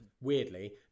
weirdly